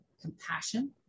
compassion